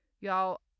Y'all